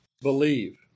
believe